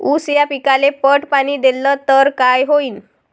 ऊस या पिकाले पट पाणी देल्ल तर काय होईन?